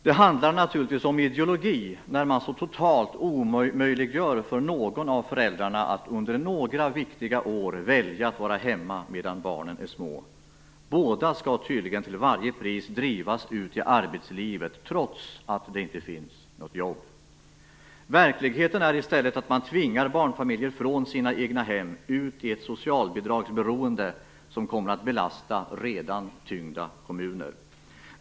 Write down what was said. Det handlar naturligtvis om ideologi när man så totalt omöjliggör för någon av föräldrarna att under några viktiga år välja att vara hemma medan barnen är små. Båda skall tydligen till varje pris drivas ut i arbetslivet, trots att det inte finns några jobb. Verkligheten är i stället att man tvingar barnfamiljer från sina egnahem ut i ett socialbidragsberoende som kommer att belasta redan tyngda kommuner.